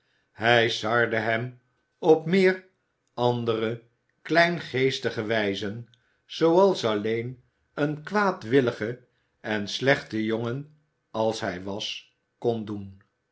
hij sarde hem op meer andere kleingeestige wijzen zooals alleen een kwaadwillige en slechte jongen als hij was kon doen